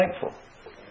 thankful